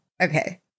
okay